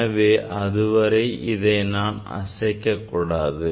எனவே அதுவரை இதை நான் அசைக்கக் கூடாது